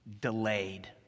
delayed